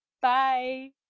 Bye